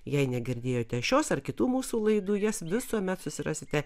jei negirdėjote šios ar kitų mūsų laidų jas visuomet susirasite